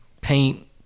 paint